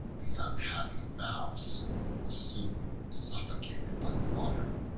the unhappy mouse was soon suffocated by the water,